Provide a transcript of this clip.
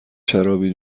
شرابی